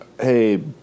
hey